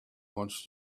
wants